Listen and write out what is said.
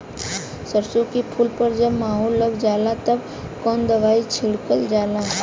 सरसो के फूल पर जब माहो लग जाला तब कवन दवाई छिड़कल जाला?